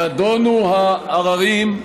נדונו העררים,